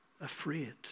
afraid